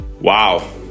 Wow